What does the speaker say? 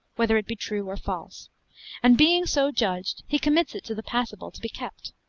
whether it be true or false and being so judged he commits it to the passible to be kept.